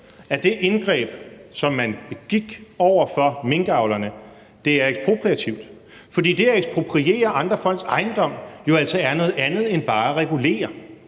at det indgreb, som man begik over for minkavlerne, er ekspropriativt, for det at ekspropriere andre folks ejendom er jo altså noget andet end bare at regulere.